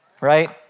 right